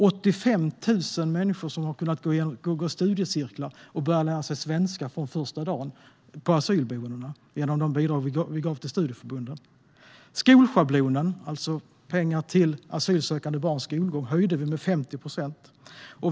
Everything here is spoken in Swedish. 85 000 människor har kunnat delta i studiecirklar och börjat lära sig svenska från första dagen på asylboendena genom de bidrag vi gav till studieförbunden. Skolschablonen, alltså pengar till asylsökande barns skolgång, höjde vi med 50 procent.